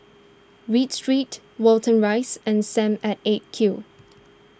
Read Street Watten Rise and Sam at eight Q